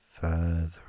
further